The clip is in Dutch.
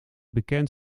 bekend